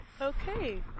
Okay